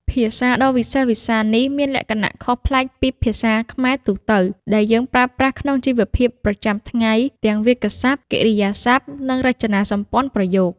ភាសាដ៏វិសេសវិសាលនេះមានលក្ខណៈខុសប្លែកពីភាសាខ្មែរទូទៅ ដែលយើងប្រើប្រាស់ក្នុងជីវភាពប្រចាំថ្ងៃ ទាំងវាក្យសព្ទ កិរិយាសព្ទ និងរចនាសម្ព័ន្ធប្រយោគ។